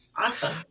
Awesome